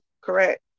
correct